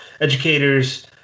educators